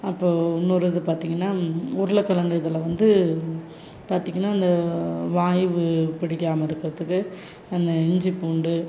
அப்போது இன்னொரு இது பார்த்தீங்கன்னா உருளக்கிழங்கு இதில் வந்து பார்த்தீங்கன்னா அந்த வாய்வு பிடிக்காமல் இருக்கிறதுக்கு அந்த இஞ்சி பூண்டு